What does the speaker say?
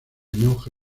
enoja